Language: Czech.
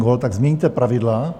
Tak změníte pravidla.